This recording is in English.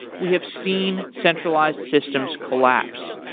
we have seen centralized systems collapse.